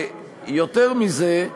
יותר מזה,